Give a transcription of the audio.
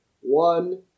One